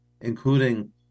including